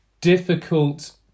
difficult